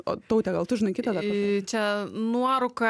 o taute gal tu žinai kitą nuorūka